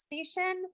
station